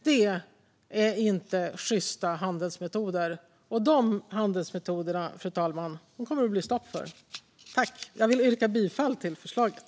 Det är inte sjysta handelsmetoder, fru talman, och det kommer det att bli stopp för. Jag yrkar bifall till förslaget.